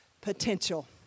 potential